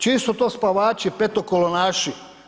Čiji su to spavači petokolonaši?